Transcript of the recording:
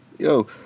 Yo